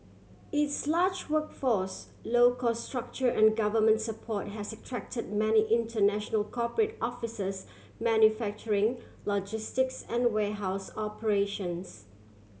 its large workforce low cost structure and government support has attract many international corporate offices manufacturing logistics and warehouse operations